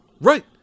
Right